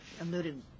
alluded